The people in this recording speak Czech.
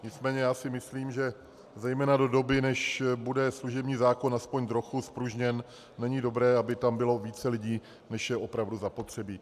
Nicméně si myslím, že zejména do doby, než bude služební zákon aspoň trochu zpružněn, není dobré, aby tam bylo více lidí, než je opravdu zapotřebí.